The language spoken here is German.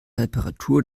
reparatur